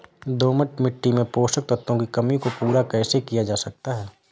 दोमट मिट्टी में पोषक तत्वों की कमी को पूरा कैसे किया जा सकता है?